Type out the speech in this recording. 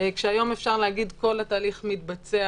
כשהיום אפשר להגיד שכל התהליך מתבצע